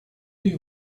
you